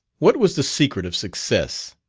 what was the secret of success.